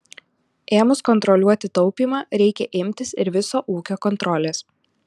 ėmus kontroliuoti taupymą reikia imtis ir viso ūkio kontrolės